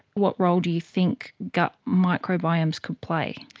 what role do you think gut microbiomes could play?